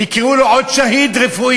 ועוד יקראו לו שהיד רפואי,